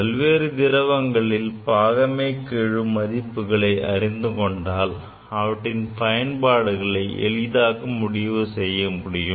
பல்வேறு திரவங்களின் பாகமைகெழு மதிப்புகளை அறிந்து கொண்டால் அவற்றின் பயன்பாடுகளை எளிதாக முடிவு செய்ய முடியும்